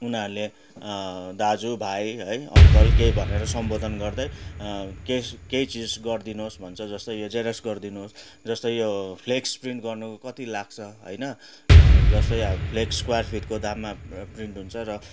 उनीहरूले दाजु भाइ है अङ्कल केही भनेर सम्बोधन गर्दै केही केही चिज गरिदिनुहोस् भन्छ जस्तै यो जेरेक्स गरिदिनुहोस् जस्तै यो फ्लेक्स प्रिन्ट गर्नुको कति लाग्छ होइन जस्तै अब फ्लेक्स स्क्वाएर फिटको दाममा प्रिन्ट हुन्छ र